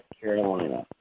Carolina